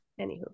Anywho